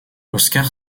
oscar